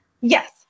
Yes